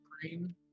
green